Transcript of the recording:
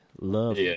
love